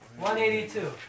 182